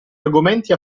argomenti